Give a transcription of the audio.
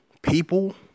people